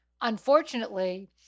unfortunately